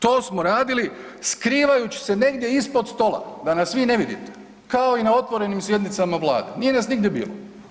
To smo radili skrivajući se negdje ispod stola, da nas vi ne vidite kao i na otvorenim sjednicama Vlade, nije nas nigdje bilo.